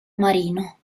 marino